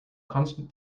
constant